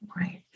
Right